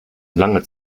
lange